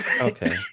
okay